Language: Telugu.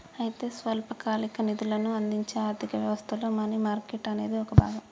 అయితే స్వల్పకాలిక నిధులను అందించే ఆర్థిక వ్యవస్థలో మనీ మార్కెట్ అనేది ఒక భాగం